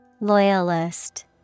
Loyalist